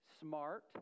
smart